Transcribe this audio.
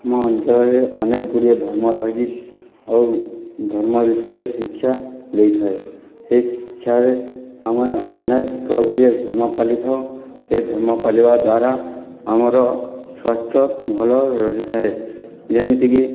ଆମ ଅଞ୍ଚଳରେ ଅନେକ ଗୁଡ଼ିଏ ଧର୍ମ ରହିଛି ଆଉ ଧର୍ମ ବିଷୟରେ ଶିକ୍ଷା ଦେଇଥାଏ ସେହି ଶିକ୍ଷାରେ ଆମେ ଅନେକ ଗୁଡ଼ିଏ ଧର୍ମ ପାଳିଥାଉ ଏ ଧର୍ମ ପାଳିବା ଦ୍ଵାରା ଆମର ସ୍ଵାସ୍ଥ୍ୟ ଭଲ ରହିଥାଏ ଯେମିତି କି